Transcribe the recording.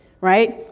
right